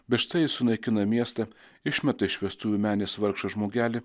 bet štai jis sunaikina miestą išmeta iš vestuvių menės vargšą žmogelį